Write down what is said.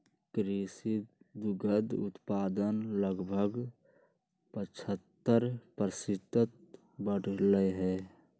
कृषि दुग्ध उत्पादन लगभग पचहत्तर प्रतिशत बढ़ लय है